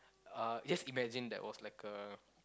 uh just imagine there was like a